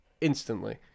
Instantly